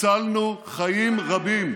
הצלנו חיים רבים.